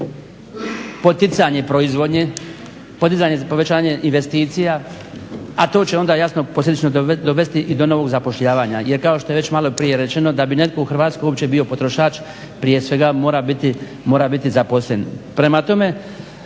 poticanje proizvodnje, povećanje investicija, a to će onda jasno posljedično dovesti i do novog zapošljavanja. Jer kao što je već maloprije rečeno, da bi netko u Hrvatskoj uopće bio potrošač prije svega mora biti zaposlen. Prema tome,